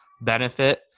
benefit